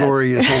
glorious, yeah